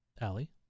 Allie